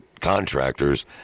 contractors